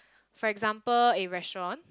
for example a restaurant